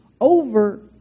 over